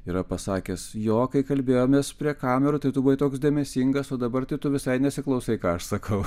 yra pasakęs jo kai kalbėjomės prie kamerų tai tu buvai toks dėmesingas o dabar tai tu visai nesiklausai ką aš sakau